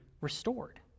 restored